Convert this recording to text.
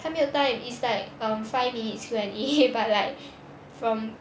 他没有 time is like um five minutes when it but like from